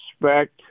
respect